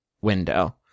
window